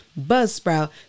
Buzzsprout